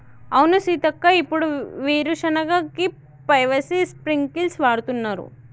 అవును సీతక్క ఇప్పుడు వీరు సెనగ కి పైపేసి స్ప్రింకిల్స్ వాడుతున్నారు